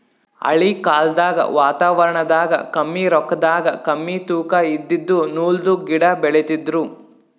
ಹಳಿ ಕಾಲ್ದಗ್ ವಾತಾವರಣದಾಗ ಕಮ್ಮಿ ರೊಕ್ಕದಾಗ್ ಕಮ್ಮಿ ತೂಕಾ ಇದಿದ್ದು ನೂಲ್ದು ಗಿಡಾ ಬೆಳಿತಿದ್ರು